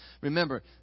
Remember